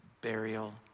burial